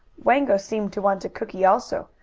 wango seemed to want a cookie also,